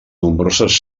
nombroses